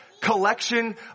collection